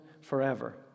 forever